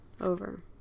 Over